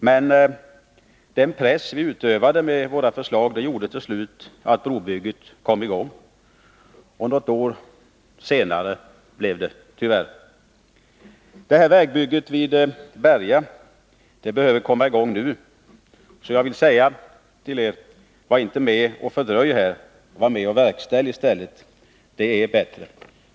Men den press vi utövade med våra förslag gjorde till slut att brobygget kom i gång, även om det tyvärr blev något år försenat. Vägbygget vid Berga behöver komma i gång nu. Jag vill säga till er: Var inte med och fördröj detta projekt; var i stället med och verkställ. Det är bättre.